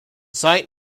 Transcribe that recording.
site